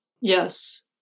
yes